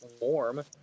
warm